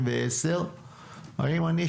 האם אני,